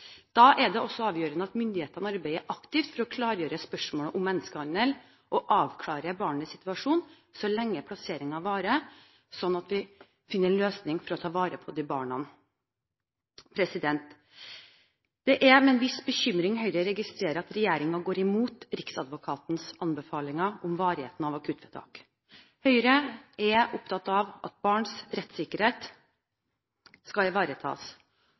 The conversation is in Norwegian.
Da er det også avgjørende at myndighetene arbeider aktivt for å klargjøre spørsmålet om menneskehandel, og at de avklarer barnets situasjon så lenge plasseringen varer, sånn at vi finner en løsning for å ta vare på disse barna. Det er med en viss bekymring Høyre registrerer at regjeringen går imot Riksadvokatens anbefalinger om varigheten av akuttvedtak. Høyre er opptatt av at barns rettssikkerhet skal ivaretas.